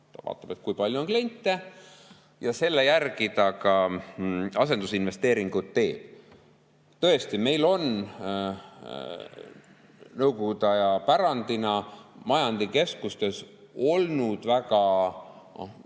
Ta vaatab, kui palju on kliente, ja selle järgi teeb asendusinvesteeringuid. Tõesti, meil on nõukogude aja pärandina majandikeskustes olnud väga